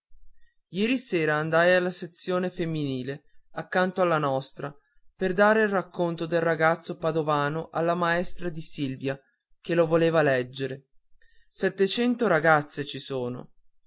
ieri sera andai alla sezione femminile accanto alla nostra per dare il racconto del ragazzo padovano alla maestra di silvia che lo voleva leggere settecento ragazze ci sono